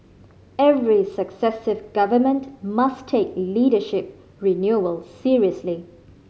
every successive Government must take leadership renewal seriously